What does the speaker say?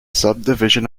subdivision